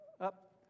up